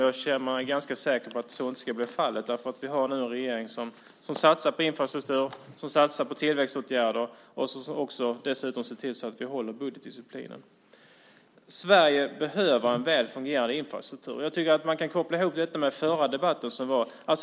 Jag känner mig ganska säker på att så inte ska bli fallet, därför att vi har nu en regering som satsar på infrastruktur och tillväxtåtgärder och som dessutom ser till att vi håller budgetdisciplinen. Sverige behöver en väl fungerande infrastruktur. Jag tycker att man kan koppla ihop detta med den förra debatten.